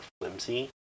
flimsy